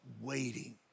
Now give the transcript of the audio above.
waiting